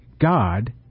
God